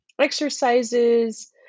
exercises